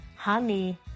Honey